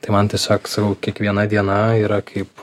tai man tiesiog sakau kiekviena diena yra kaip